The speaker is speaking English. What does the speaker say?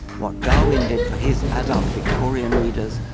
what darwin did for his adult victorian readers,